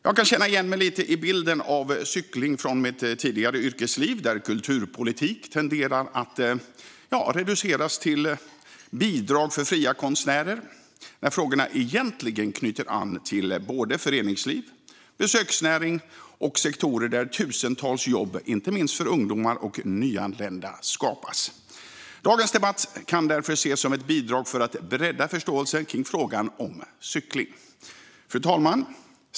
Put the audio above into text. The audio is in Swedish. Jag kan känna igen mig lite i bilden av cykling från mitt tidigare yrkesliv, där kulturpolitik tenderar att reduceras till bidrag för fria konstnärer men där frågorna egentligen knyter an till både föreningsliv, besöksnäring och sektorer där tusentals jobb, inte minst för ungdomar och nyanlända, skapas. Dagens debatt kan därför ses som ett bidrag för att bredda förståelsen för frågan om cykling. Fru talman!